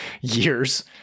years